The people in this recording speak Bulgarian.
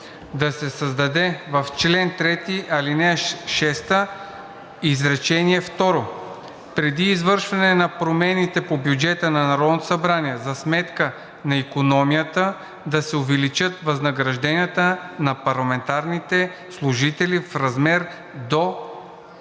„Да се създаде в чл. 3, ал. 6, изречение второ: „Преди извършване на промените по бюджета на Народното събрание за сметка на икономията да се увеличат възнагражденията на парламентарните служители в размер до 1